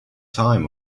time